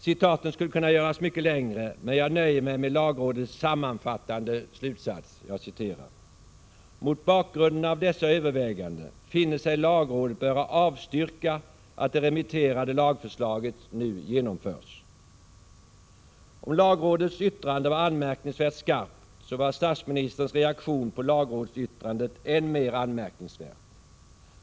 Citaten skulle kunna göras mycket längre, men jag nöjer mig med lagrådets sammanfattande slutsats: ”Mot bakgrunden av dessa överväganden finner sig lagrådet böra avstyrka att det remitterade lagförslaget nu genomförs.” Om lagrådets yttrande var anmärkningsvärt skarpt, så var statsministerns reaktion på lagrådsyttrandet än mer anmärkningsvärd.